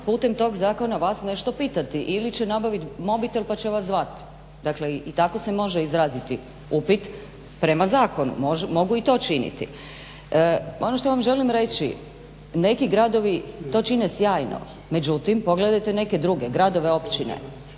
putem toga zakona vas nešto pitati ili će nabaviti mobitel pa će vas zvati. Dakle i tako se može izraziti upit prema zakonu, mogu i to činiti. Ono što vam želim reći, neki gradovi to čine sjajno, međutim pogledajte neke druge gradove, općine.